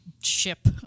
ship